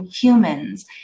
humans